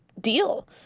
deal